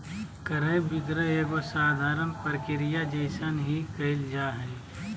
क्रय विक्रय एगो साधारण प्रक्रिया जइसन ही क़इल जा हइ